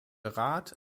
rat